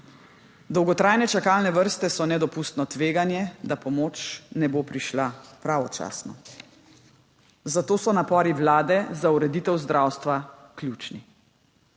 Dolgotrajne čakalne vrste so nedopustno tveganje, da pomoč ne bo prišla pravočasno. Zato so napori vlade za ureditev zdravstva ključni.